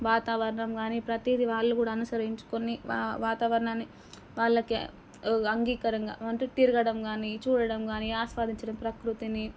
వాతావరణం గానీ ప్రతీది వాళ్ళు కూడా అనుసరించుకుని వా వాతావరణాన్ని వాళ్ళకే అంగీకారంగా అంటే తిరగడం కానీ చూడడం కానీ ఆస్వాదించడం ప్రకృతిని